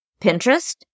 Pinterest